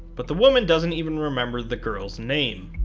but the woman doesn't even remember the girl's name.